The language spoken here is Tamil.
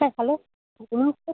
sir hello sir